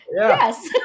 Yes